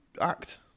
act